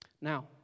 Now